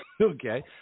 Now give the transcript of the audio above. okay